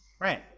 Right